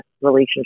relationship